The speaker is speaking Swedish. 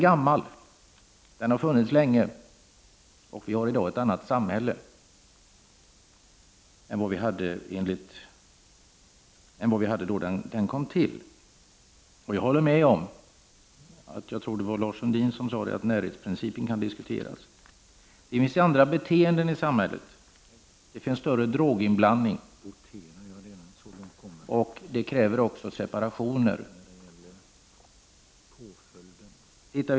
Kriminalvårdsreformen är gammal, och samhället är i dag annorlunda än det var då den kom till. Jag håller med Lars Sundin om att närhetsprincipen kan diskuteras. Det finns andra beteenden i samhället, med större droginblandning, och det krävs separationer.